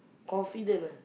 confident ah